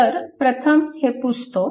तर प्रथम हे पुसतो